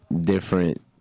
different